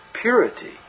purity